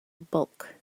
bulk